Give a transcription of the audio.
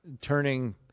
turning